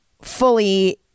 fully